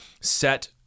set